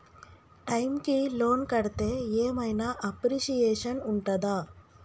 Time కి loan కడ్తే ఏం ఐనా అప్రిషియేషన్ ఉంటదా?